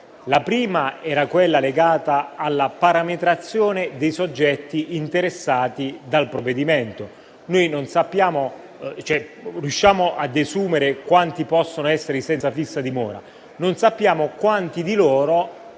La prima era quella legata alla parametrazione dei soggetti interessati dal provvedimento: riusciamo a desumere quanti possano essere i senza fissa dimora, ma non sappiamo quanti di loro